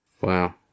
Wow